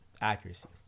accuracy